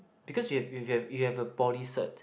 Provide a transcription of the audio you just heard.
because you have you have you have a poly cert